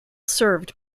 served